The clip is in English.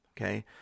Okay